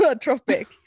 tropic